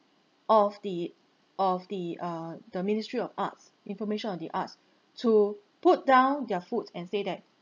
of the of the err the ministry of arts information of the arts to put down their foots and say that